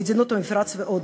מדינות המפרץ ועוד.